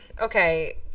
okay